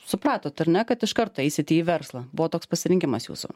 suprato ar ne kad iš karto eisite į verslą buvo toks pasirinkimas jūsų